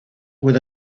with